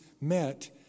met